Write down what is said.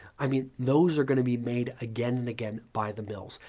i mean those are going to be made again and again by the mills.